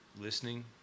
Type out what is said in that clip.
listening